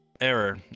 error